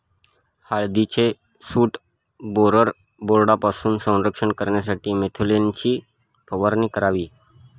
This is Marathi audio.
हळदीचे शूट बोअरर बोर्डपासून संरक्षण करण्यासाठी मॅलाथोईनची फवारणी करावी